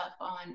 on